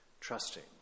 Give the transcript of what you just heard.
trusting